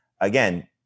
again